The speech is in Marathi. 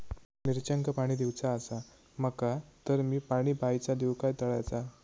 मिरचांका पाणी दिवचा आसा माका तर मी पाणी बायचा दिव काय तळ्याचा?